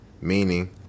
Meaning